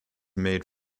made